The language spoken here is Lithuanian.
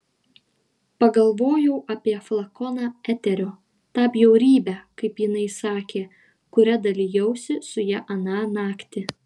pagalvojau apie flakoną eterio tą bjaurybę kaip jinai sakė kuria dalijausi su ja aną naktį